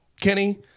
Kenny